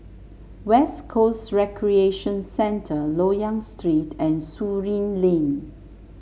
West Coast Recreation Centre Loyang Street and Surin Lane